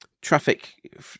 traffic